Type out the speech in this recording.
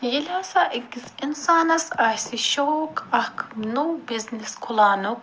ییٚلہِ ہَسا أکِس اِنسانس آسہِ شوق اَکھ نوٚو بِزنیٚس کھُلاونُک